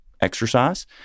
exercise